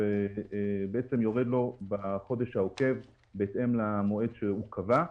ובעצם יורד לו בחודש העוקב בהתאם למועד שהוא קבע.